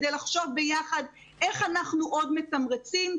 כדי לחשוב ביחד איך אנחנו עוד מתמרצים.